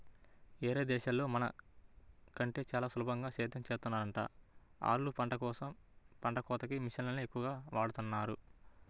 యేరే దేశాల్లో మన కంటే చానా సులభంగా సేద్దెం చేత్తన్నారంట, ఆళ్ళు పంట కోతకి మిషన్లనే ఎక్కువగా వాడతన్నారు